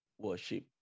Worship